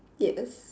yes